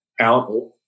out